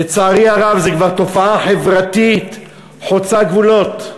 לצערי הרב, זה כבר תופעה חברתית חוצה גבולות.